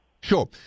Sure